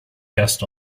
guest